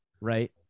right